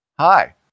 Hi